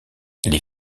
les